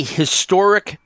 historic